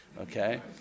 okay